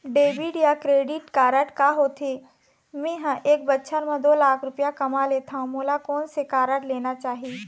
Debit या credit card का होथे, मे ह एक बछर म दो लाख रुपया कमा लेथव मोला कोन से कारड लेना चाही?